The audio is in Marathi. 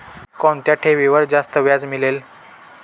कोणत्या ठेवीवर जास्त व्याज मिळेल?